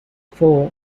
four